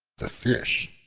the fish,